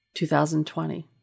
2020